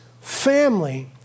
family